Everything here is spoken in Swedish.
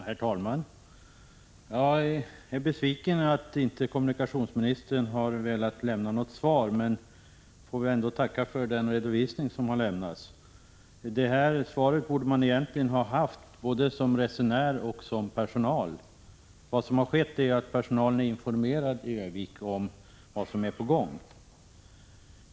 Herr talman! Jag är besviken över att kommunikationsministern inte har velat lämna något svar men får väl ändå tacka för den redovisning som har gjorts. Det svaret borde man egentligen ha haft både som resenär och som personal. Vad som har skett är att personalen i Ö-vik är informerad om vad som är på gång.